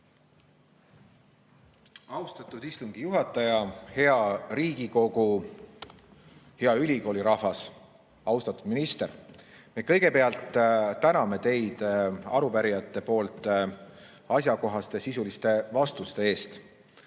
Austatud istungi juhataja! Hea Riigikogu! Hea ülikoolirahvas! Austatud minister! Ma kõigepealt tänan teid arupärijate nimel asjakohaste ja sisuliste vastuste eest,